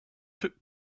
took